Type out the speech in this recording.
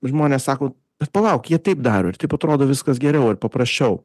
žmonės sako bet palauk jie taip daro ir taip atrodo viskas geriau ir paprasčiau